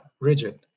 rigid